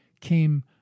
came